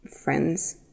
friends